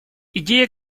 идея